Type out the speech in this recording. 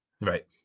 Right